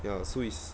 ya so is